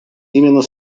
именно